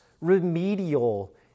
remedial